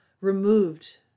removed